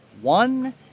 One